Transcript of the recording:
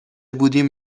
بودیم